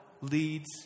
leads